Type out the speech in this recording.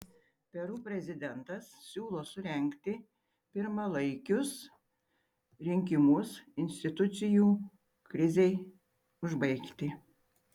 peru prezidentas siūlo surengti pirmalaikius rinkimus institucijų krizei užbaigti